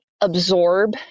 absorb